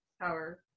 power